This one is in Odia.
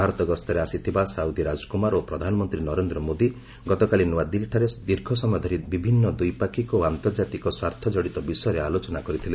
ଭାରତ ଗସ୍ତରେ ଆସିଥିବା ସାଉଦୀ ରାଜକୁମାର ଓ ପ୍ରଧାନମନ୍ତ୍ରୀ ନରେନ୍ଦ୍ର ମୋଦି ଗତକାଲି ନ୍ତଆଦିଲ୍ଲୀଠାରେ ଦୀର୍ଘସମୟ ଧରି ବିଭିନ୍ନ ଦ୍ୱିପାକ୍ଷିକ ଓ ଆନ୍ତର୍ଜାତିକ ସ୍ୱାର୍ଥଜଡ଼ିତ ବିଷୟରେ ଆଲୋଚନା କରିଥିଲେ